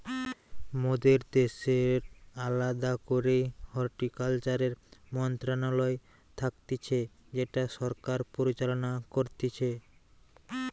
মোদের দ্যাশের আলদা করেই হর্টিকালচারের মন্ত্রণালয় থাকতিছে যেটা সরকার পরিচালনা করতিছে